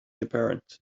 apparent